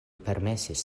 permesis